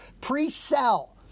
pre-sell